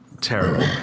terrible